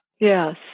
Yes